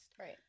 right